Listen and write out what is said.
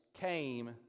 came